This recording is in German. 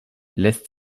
lässt